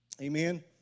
Amen